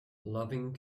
loving